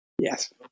yes